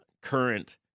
current